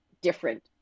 different